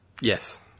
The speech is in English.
Yes